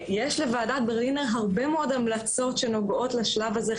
יש לוועדת ברלינר הרבה מאוד המלצות שנוגעות לשלב הזה,